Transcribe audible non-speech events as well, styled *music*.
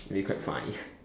it would be quite funny *breath*